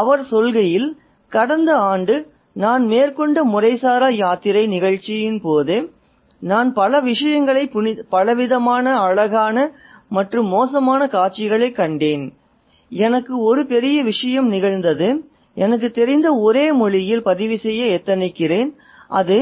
அவர் சொல்கையில் "கடந்த ஆண்டு நான் மேற்கொண்ட முறைசாரா யாத்திரை நிகழ்ச்சியின் போது நான் பல விஷயங்களை பலவிதமாக அழகான மற்றும் மோசமான காட்சிகளைக் கண்டேன் எனக்கு ஒரு பெரிய விஷயம் நிகழ்ந்தது எனக்குத் தெரிந்த ஒரே மொழியில் பதிவு செய்ய எத்தனிக்கிறேன் அது